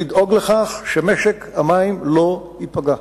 לדאוג לכך שמשק המים לא ייפגע,